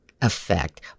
effect